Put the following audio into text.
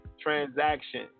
transaction